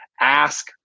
Ask